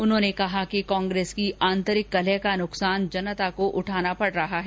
उन्होंने कहा कि कांग्रेस की आंतरिक कलह का नुकसान जनता को उठाना पड़ रहा है